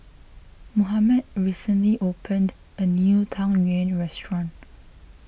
Mohamed recently opened a new Tang Yuen restaurant